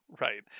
Right